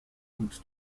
und